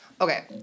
Okay